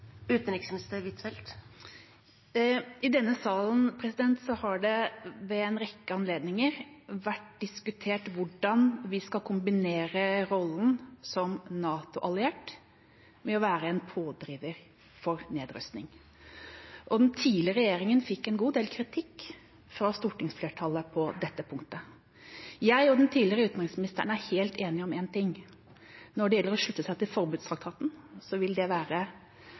I denne salen har det ved en rekke anledninger vært diskutert hvordan vi skal kombinere rollen som NATO-alliert med å være en pådriver for nedrustning, og den tidligere regjeringa fikk en god del kritikk fra stortingsflertallet på dette punktet. Jeg og den tidligere utenriksministeren er helt enige om én ting: Når det gjelder å slutte seg til forbudstraktaten, vil det